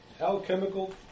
Alchemical